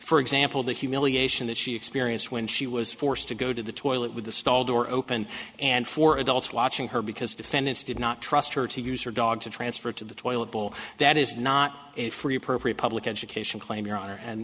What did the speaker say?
for example the humiliation that she experienced when she was forced to go to the toilet with the stall door open and four adults watching her because defendants did not trust her to use her dog to transfer to the toilet bowl that is not a free appropriate public education claim your honor and